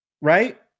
right